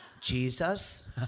Jesus